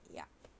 ya